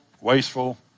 wasteful